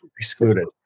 excluded